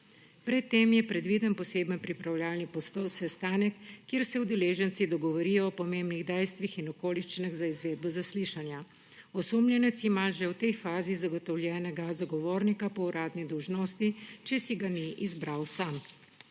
Pred tem je predviden poseben pripravljalni sestanek, kjer se udeleženci dogovorijo o pomembnih dejstvih in okoliščinah za izvedbo zaslišanja. Osumljenec ima že v tej fazi zagotovljenega zagovornika po uradni dolžnosti, če si ga ni izbral sam.